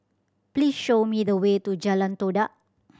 please show me the way to Jalan Todak